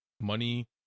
money